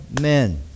men